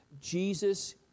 Jesus